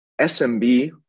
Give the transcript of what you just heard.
SMB